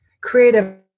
creative